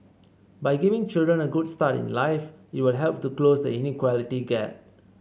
by giving children a good start in life it will help to close the inequality gap